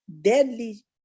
deadly